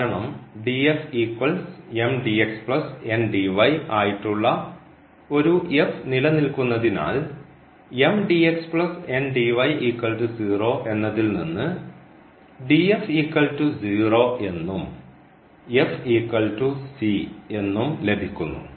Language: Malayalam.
കാരണം ആയിട്ടുള്ള ഒരു നിലനിൽക്കുന്നതിനാൽ എന്നതിൽനിന്ന് എന്നും c എന്നും ലഭിക്കുന്നു